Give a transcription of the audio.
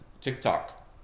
TikTok